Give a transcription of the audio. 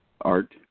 art